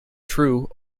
true